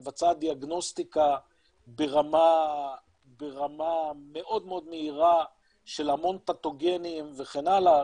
היא מבצעת דיאגנוסטיקה ברמה מאוד מהירה של המון פתוגנים וכן הלאה,